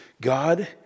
God